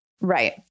Right